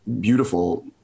beautiful